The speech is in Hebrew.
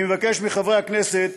אני מבקש מחברי הכנסת